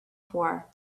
for